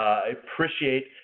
i appreciate